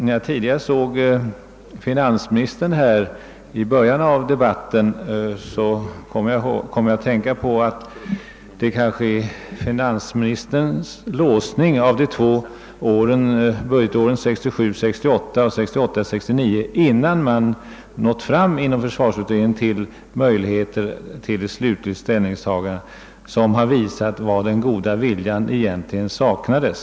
När jag såg finansministern närvarande i kammaren i början av debatten kom jag att tänka på att finansministerns låsning av de två budgetåren 1967 69 innan man inom försvarsutredningen hade möjligheter till ett slutligt ställningstagande kanske är det som visar var den goda viljan egentligen saknades.